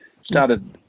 Started